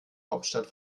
hauptstadt